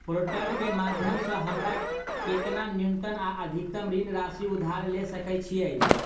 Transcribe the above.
Portal केँ माध्यम सऽ हमरा केतना न्यूनतम आ अधिकतम ऋण राशि उधार ले सकै छीयै?